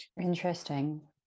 Interesting